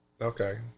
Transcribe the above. Okay